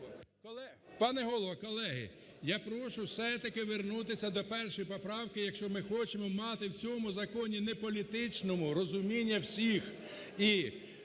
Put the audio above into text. Колеги! Я прошу все-таки вернутися до першої поправки, якщо ми хочемо мати в цьому законі неполітичному розуміння всіх: